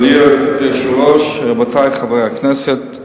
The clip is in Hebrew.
אדוני היושב-ראש, רבותי חברי הכנסת,